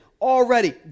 already